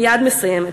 מייד מסיימת.